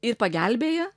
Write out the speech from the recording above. ir pagelbėja